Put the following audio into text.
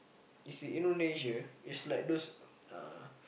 it's in Indonesia it's like those uh